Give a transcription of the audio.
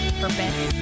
purpose